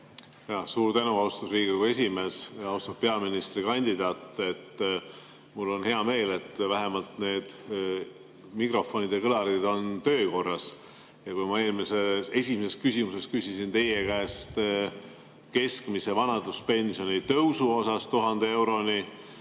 Suur tänu, austatud Riigikogu esimees! Austatud peaministrikandidaat! Mul on hea meel, et vähemalt need mikrofonid ja kõlarid on töökorras. Ja kui ma esimeses küsimuses küsisin teie käest keskmise vanaduspensioni tõusu kohta 1000 euroni,